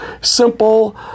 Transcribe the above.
simple